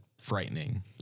frightening